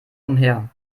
umher